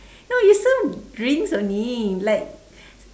no you serve drinks only like